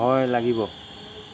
হয় লাগিব